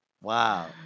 Wow